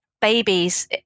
babies